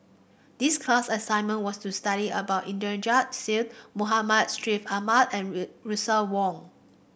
this class assignment was to study about Inderjit Singh Muhammad Street Ahmad and ray Russel Wong